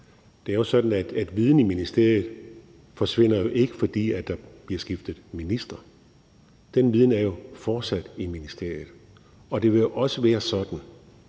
Det er sådan, at viden i ministeriet jo ikke forsvinder, fordi der bliver skiftet minister. Den viden er jo fortsat i ministeriet. Og det vil også være sådan,